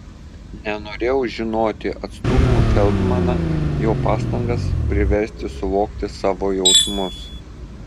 nenorėjau žinoti atstūmiau feldmaną jo pastangas priversti suvokti savo jausmus